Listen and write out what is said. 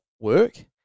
work